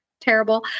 terrible